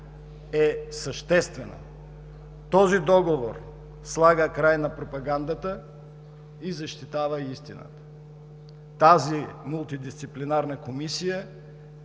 е съществена. Този договор слага край на пропагандата и защитава истината. Тази Мултидисциплинарна комисия